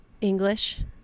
English